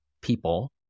people